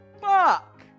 Fuck